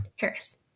Harris